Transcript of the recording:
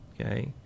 okay